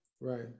Right